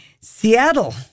seattle